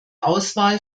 auswahl